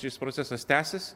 šis procesas tęsis